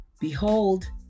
Behold